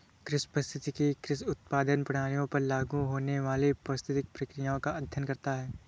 कृषि पारिस्थितिकी कृषि उत्पादन प्रणालियों पर लागू होने वाली पारिस्थितिक प्रक्रियाओं का अध्ययन करता है